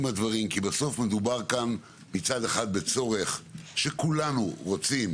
הדברים כי בסוף מדובר כאן בצורך שכולנו רוצים